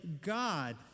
God